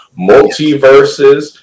multiverses